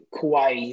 Kauai